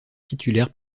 titulaire